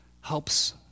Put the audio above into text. helps